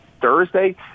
Thursday